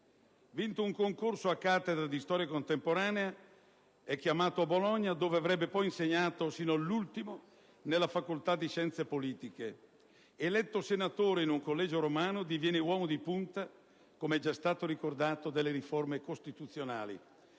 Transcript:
Vinto un concorso a cattedra di storia contemporanea, fu chiamato a Bologna, dove avrebbe poi insegnato sino all'ultimo nella facoltà di scienze politiche. Eletto senatore in un collegio romano, diviene uomo di punta - com'è già stato ricordato - delle riforme costituzionali: